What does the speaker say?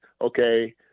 okay